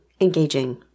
engaging